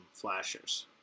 flashers